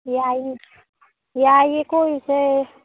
ꯌꯥꯏꯅꯦ ꯌꯥꯏꯌꯦ ꯀꯣꯏꯔꯨꯁꯦ